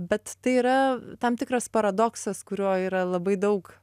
bet tai yra tam tikras paradoksas kurio yra labai daug